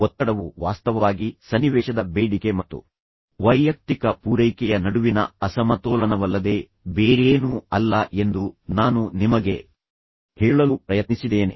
ಒತ್ತಡವು ವಾಸ್ತವವಾಗಿ ಸನ್ನಿವೇಶದ ಬೇಡಿಕೆ ಮತ್ತು ವೈಯಕ್ತಿಕ ಪೂರೈಕೆಯ ನಡುವಿನ ಅಸಮತೋಲನವಲ್ಲದೆ ಬೇರೇನೂ ಅಲ್ಲ ಎಂದು ನಾನು ನಿಮಗೆ ಹೇಳಲು ಪ್ರಯತ್ನಿಸಿದ್ದೇನೆ